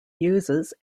uses